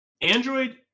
Android